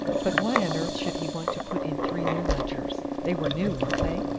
but why on earth should he want to put in three new ledgers they were new, weren't they?